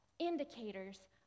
indicators